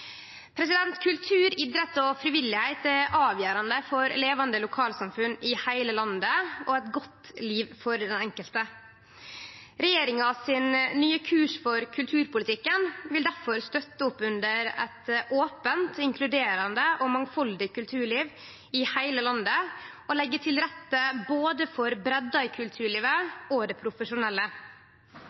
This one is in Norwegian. Kultur, idrett og frivilligheit er avgjerande for levande lokalsamfunn i heile landet og eit godt liv for den enkelte. Regjeringa sin nye kurs for kulturpolitikken vil difor støtte opp under eit opent, inkluderande og mangfaldig kulturliv i heile landet og vil leggje til rette for både breidde i kulturlivet og det profesjonelle.